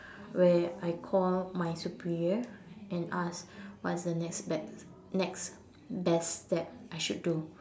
where I called my superior and asked what's the next best next best step I should do